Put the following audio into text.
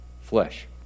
flesh